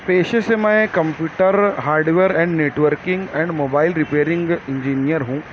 پیشے سے میں computer hardware and networking and mobile repairing engineer ہوں